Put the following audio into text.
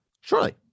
Surely